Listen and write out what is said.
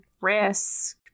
risk